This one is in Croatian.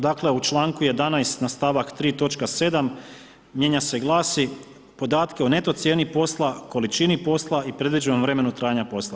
Dakle, u članku 11. na stavak 3. točka 7. mijenja se i glasi: „Podatke o neto cijeni posla, količini posla i predviđenom vremenu trajanja posla“